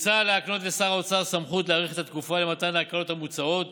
מוצע להקנות לשר האוצר סמכות להאריך את התקופה למתן ההקלות המוצעות